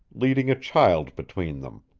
leading a child between them.